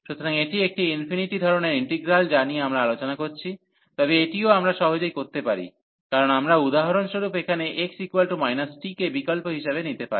সুতরাং এটি একটি ইনফিনিটি ধরণের ইন্টিগ্রাল যা নিয়ে আমরা আলোচনা করছি তবে এটিও আমরা সহজেই করতে পারি কারণ আমরা উদাহরণস্বরূপ এখানে x t কে বিকল্প হিসাবে নিতে পারি